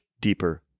deeper